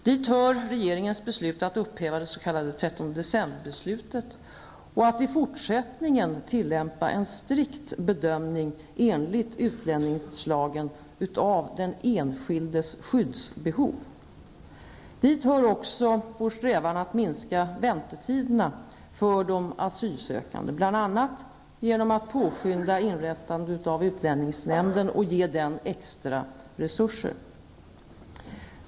Dit hör regeringens beslut att upphäva det s.k. 13 decemberbeslutet och att i fortsättningen tillämpa en strikt bedömning enligt utlänningslagen av den enskildes skyddsbehov. Dit hör också vår strävan att minska väntetiderna för de asylsökande, bl.a. genom att påskynda inrättandet av utlänningsnämnden och genom att ge den extra resurser.